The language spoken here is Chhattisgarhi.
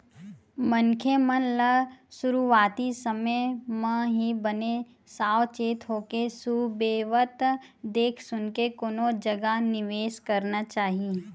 मनखे मन ल सुरुवाती समे म ही बने साव चेत होके सुबेवत देख सुनके कोनो जगा निवेस करना चाही